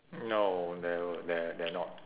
no they we~ they're they're not